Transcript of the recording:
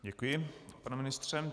Děkuji, pane ministře.